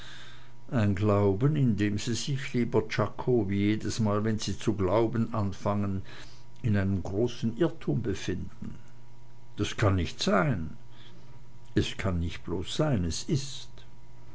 ein glauben in dem sie sich lieber czako wie jedesmal wenn sie zu glauben anfangen in einem großen irrtum befinden das kann nicht sein es kann nicht bloß sein es ist